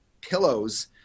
pillows